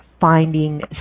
finding